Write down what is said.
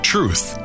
Truth